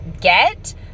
get